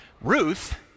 Ruth